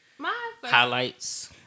highlights